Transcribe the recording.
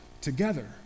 together